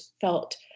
felt